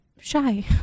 shy